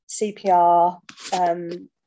CPR